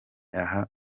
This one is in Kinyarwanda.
aha